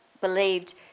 believed